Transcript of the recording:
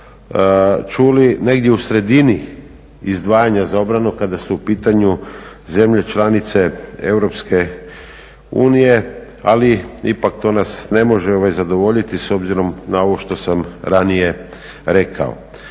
čuli negdje u sredini izdvajanja za obranu kada su u pitanju zemlje članice Europske unije ali ipak to nas ne može zadovoljiti s obzirom na ovo što sam ranije rekao.